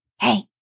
hey